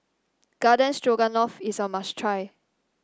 Garden Stroganoff is a must try